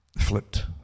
Flipped